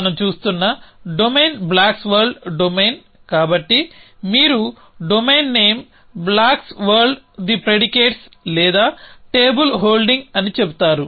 మనం చూస్తున్న domain blocks world domain కాబట్టి మీరు domain name blocks world the predicates లేదా టేబుల్ హోల్డింగ్ అని చెబుతారు